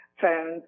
phones